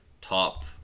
top